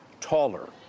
taller